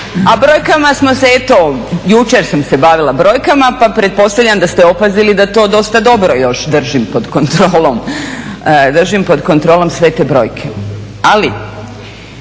A brojkama smo se eto, jučer sam se bavila brojkama pa pretpostavljam da ste opazili da to dosta dobro još držim pod kontrolom, držim